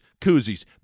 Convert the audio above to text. koozies